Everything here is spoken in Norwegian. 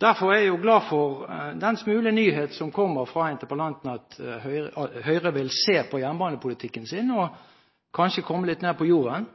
Derfor er jeg glad for den smule nyhet som kommer fra interpellanten, at Høyre vil se på jernbanepolitikken sin – og kanskje komme litt ned på jorden.